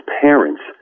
parents